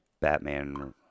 Batman